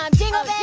um jingle